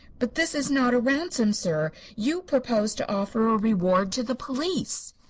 but this is not a ransom, sir. you propose to offer a reward to the police.